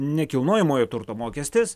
nekilnojamojo turto mokestis